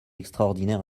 extraordinaire